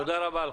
בבג"ץ.